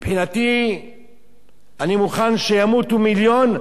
מבחינתי אני מוכן שימותו מיליון,